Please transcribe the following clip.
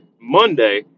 Monday